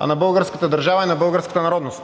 а на българската държава и на българската народност.